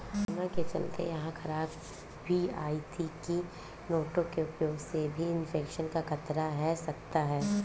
corona के चलते यह खबर भी आई थी की नोटों के उपयोग से भी इन्फेक्शन का खतरा है सकता है